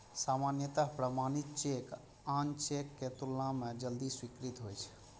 सामान्यतः प्रमाणित चेक आन चेक के तुलना मे जल्दी स्वीकृत होइ छै